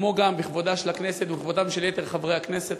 כמו גם בכבודה של הכנסת ובכבודם של יתר חברי הכנסת.